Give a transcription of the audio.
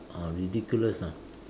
oh ridiculous ah